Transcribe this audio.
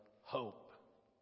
hope